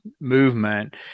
movement